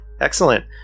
Excellent